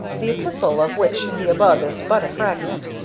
the epistle, of which the above is but a fragment,